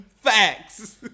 Facts